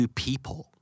people